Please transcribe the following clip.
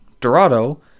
dorado